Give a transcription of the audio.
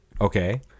Okay